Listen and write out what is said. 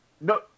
No